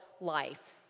life